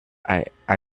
i—i